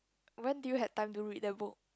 when do you have time to read the book